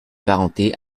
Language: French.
parenté